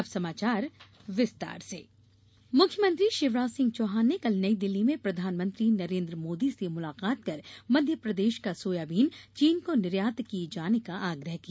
अब समाचार विस्तार से पीएम मुलाकात मुख्यमंत्री शिवराज सिंह चौहान ने कल नईदिल्ली में प्रधानमंत्री नरेन्द्र मोदी से मुलाकात कर मध्यप्रदेश का सोयाबीन चीन को निर्यात किये जाने का आग्रह किया